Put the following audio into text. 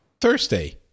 Thursday